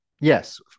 Yes